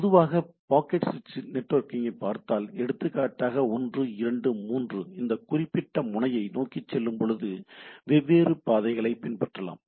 எனவே பொதுவாக packet switched நெட்வொர்க்கைப் பார்த்தால் எடுத்துக்காட்டாக 1 2 3 இந்த குறிப்பிட்ட முனையை நோக்கி செல்லும்போது வெவ்வேறு பாதைகளைப் பின்பற்றலாம்